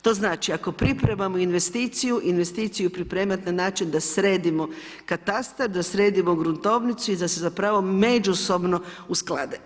To znači ako pripremamo investiciju, investiciju pripremat na način da sredimo katastar, da sredimo gruntovnicu i da se međusobno usklade.